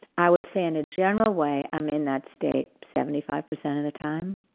i would say in a general way, i'm in that state seventy five percent of the time.